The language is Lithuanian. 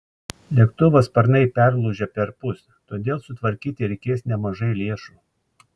lėktuvo sparnai perlūžę perpus todėl sutvarkyti reikės nemažai lėšų